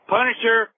Punisher